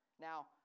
Now